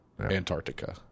Antarctica